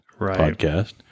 podcast